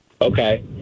Okay